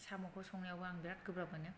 साम'खौ संनायावबो आं बिराद गोब्राब मोनो